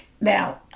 now